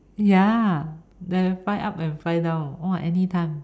ya the fly up and fly down !woah! anytime